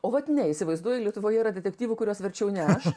o vat ne įsivaizduoji lietuvoje yra detektyvų kuriuos verčiau ne aš